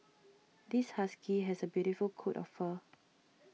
this husky has a beautiful coat of fur